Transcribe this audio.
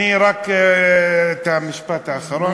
אני, רק את המשפט האחרון.